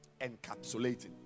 encapsulating